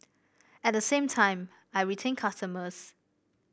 at the same time I retain customers